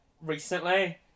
recently